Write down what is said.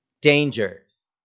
dangers